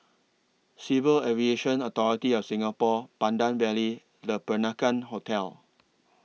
Civil Aviation Authority of Singapore Pandan Valley Le Peranakan Hotel